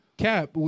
Cap